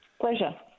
Pleasure